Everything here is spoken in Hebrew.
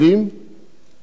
אני בטוח שהשר